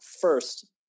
first